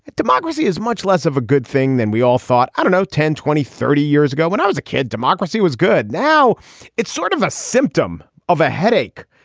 democracy is much less of a good thing than we all thought. i don't know, ten, twenty, thirty years ago when i was a kid. democracy was good. now it's sort of a symptom of a headache.